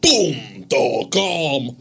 Boom.com